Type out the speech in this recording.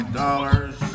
dollars